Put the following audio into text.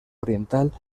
oriental